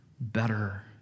better